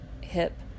hip